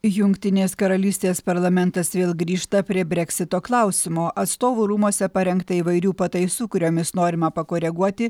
jungtinės karalystės parlamentas vėl grįžta prie breksito klausimo atstovų rūmuose parengta įvairių pataisų kuriomis norima pakoreguoti